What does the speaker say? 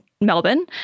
Melbourne